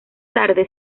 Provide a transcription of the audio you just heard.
tarde